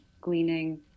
gleaning